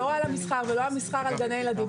לא על המסחר ולא המסחר על גני ילדים.